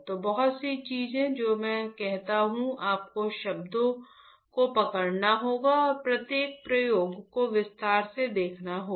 तो बहुत सी चीजें जो मैं कहता हूं आपको शब्दों को पकड़ना होगा और प्रत्येक प्रयोग को विस्तार से देखना होगा